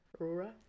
Aurora